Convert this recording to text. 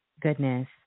goodness